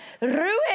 ruin